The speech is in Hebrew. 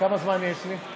יש לי?